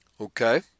Okay